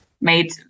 made